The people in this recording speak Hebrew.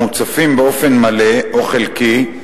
המוצפים באופן מלא או חלקי,